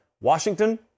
washington